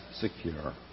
secure